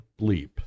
bleep